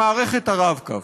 במערכת ה"רב-קו".